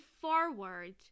forward